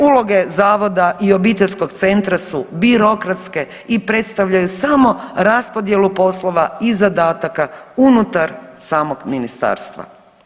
Uloge zavoda i obiteljskog centra su birokratske i predstavljaju samo raspodjelu poslova i zadataka unutar samog ministarstva.